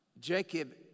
Jacob